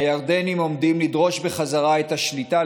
והירדנים עומדים לדרוש בחזרה את השליטה,